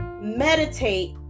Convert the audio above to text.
meditate